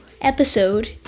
episode